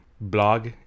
blog